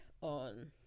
on